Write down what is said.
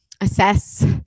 assess